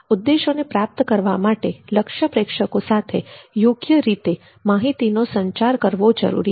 ઉદ્દેશોને પ્રાપ્ત કરવા માટે લક્ષ્ય પ્રેક્ષકો સાથે યોગ્ય રીતે માહિતીનો સંચાર કરવો જરૂરી છે